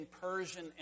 Persian